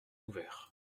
ouvert